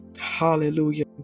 Hallelujah